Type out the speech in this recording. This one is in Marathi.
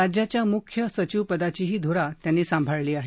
राज्याच्या मुख्य सचिवपदाचीही धुरा त्यांनी सांभाळली आहे